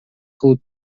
кылып